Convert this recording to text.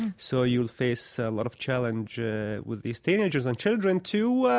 so you face a lot of challenge with these teenagers and children too.